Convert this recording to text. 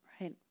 right